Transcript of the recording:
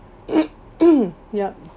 yup